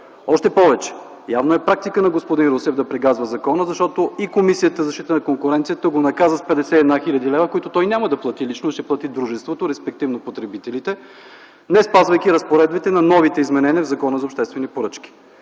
Още повече, явно е практика на господин Русев да прегазва закона, защото и Комисията за защита на конкуренцията го наказа с 51 хил. лв., които той няма да плати лично, ще плати дружеството, респективно потребителите, неспазвайки разпоредбите на новите изменения в Закона за обществени поръчки.